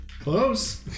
Close